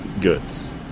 goods